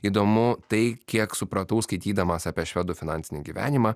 įdomu tai kiek supratau skaitydamas apie švedų finansinį gyvenimą